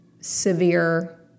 severe